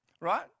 right